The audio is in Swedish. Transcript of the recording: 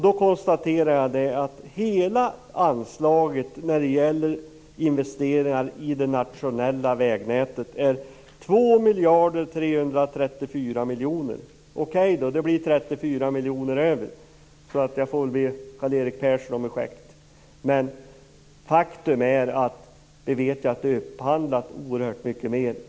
Då konstaterar jag att hela anslaget när det gäller investeringar i det nationella vägnätet är 2 miljarder 334 miljoner kronor. Okej, det blir 34 miljoner kronor över, så jag får väl be Karl-Erik Persson om ursäkt. Men vi vet att det är upphandlat för oerhört mycket mera.